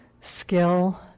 Skill